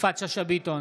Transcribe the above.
יפעת שאשא ביטון,